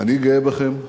אני גאה בכם,